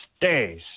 days